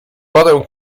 potem